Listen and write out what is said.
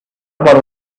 about